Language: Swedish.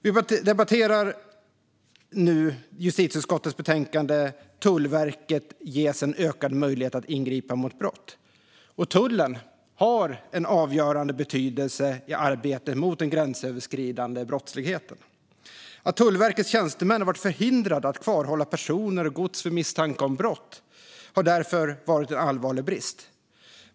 Vi debatterar justitieutskottets betänkande Tullverket ges en utökad möjlighet att ingripa mot brott . Tullen har en avgörande betydelse i arbetet mot den gränsöverskridande brottsligheten. Att Tullverkets tjänstemän har varit förhindrade att kvarhålla personer och gods vid misstanke om brott har därför varit en allvarlig brist.